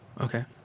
Okay